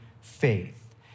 faith